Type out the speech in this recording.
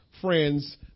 friends